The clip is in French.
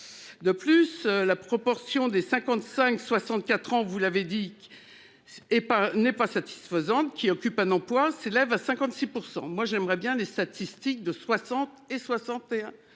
De plus, la proportion des 55 64 ans, vous l'avez dit qu'. Est pas n'est pas satisfaisante qui occupe un emploi s'élève à 56%, moi j'aimerais bien les statistiques de 60 et 61